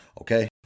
Okay